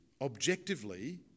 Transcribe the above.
objectively